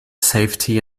safety